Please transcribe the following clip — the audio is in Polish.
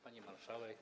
Pani Marszałek!